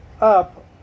up